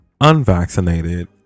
unvaccinated